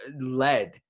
lead